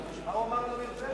מה הוא אמר לעמיר פרץ?